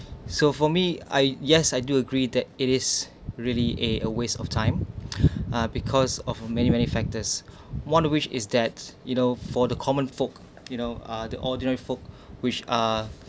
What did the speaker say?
so for me I yes I do agree that it is really eh a waste of time uh because of many many factors one of which is that you know for the common folk you know uh the ordinary folk which are